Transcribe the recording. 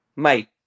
Mate